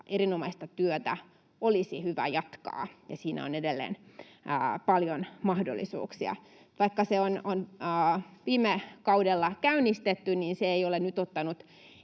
erinomaista työtä olisi hyvä jatkaa ja siinä on edelleen paljon mahdollisuuksia. Vaikka se on viime kaudella käynnistetty, se ei ole nyt ottanut